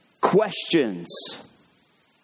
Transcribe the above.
Questions